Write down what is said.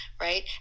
right